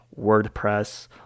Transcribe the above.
wordpress